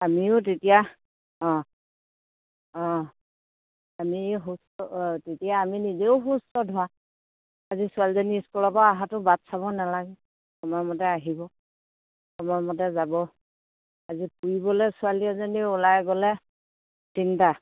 আমিও তেতিয়া অঁ অঁ আমি সুস্থ অঁ তেতিয়া আমি নিজেও সুস্থ ধৰা আজি ছোৱালীজনী স্কুলৰ পৰা অহাটো বাট চাব নালাগে সময়মতে আহিব সময়মতে যাব আজি ফুৰিবলৈ ছোৱালী এজনী ওলাই গ'লে চিন্তা